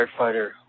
Firefighter